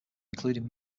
including